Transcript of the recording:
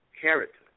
character